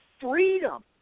freedom